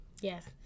yes